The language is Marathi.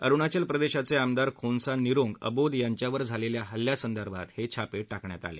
अरुणाचल प्रदेशाचे आमदार खोंसा निरोंग अबोद यांच्यावर झालेल्या हल्ल्या संदर्भात हे छापे टाकण्यात आले